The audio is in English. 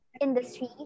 industry